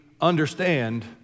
understand